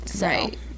Right